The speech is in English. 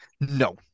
No